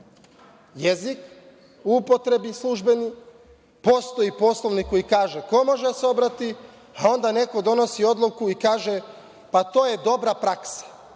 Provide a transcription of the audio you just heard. jezik u upotrebi, službeni, postoji Poslovnik koji kaže ko može da se obrati, a onda neko donosi odluku i kaže – to je dobra praksa,